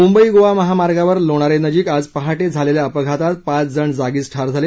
मुंबई गोवा महामार्गावर लोणारे नजिक आज पहाटे झालेल्या अपघातात पाचजण जागीच ठार झाले